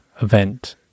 event